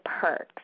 perks